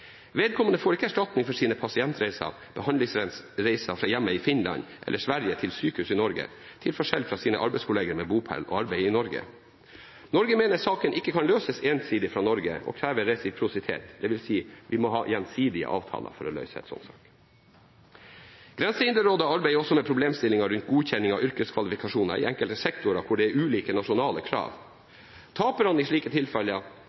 Vedkommende får ikke erstatning for sine pasientreiser/behandlingsreiser fra hjemmet i Finland eller Sverige til sykehuset i Norge, til forskjell fra sine arbeidskolleger med bopel og arbeid i Norge. Norge mener saken ikke kan løses ensidig fra Norge og krever resiprositet, dvs. at vi må ha gjensidige avtaler for å løse en slik sak. Grensehinderrådet arbeider også med problemstillingen rundt godkjenning av yrkeskvalifikasjoner i enkelte sektorer hvor det er ulike nasjonale krav. Taperne i slike tilfeller